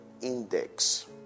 index